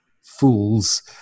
fools